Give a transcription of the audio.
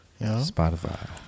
Spotify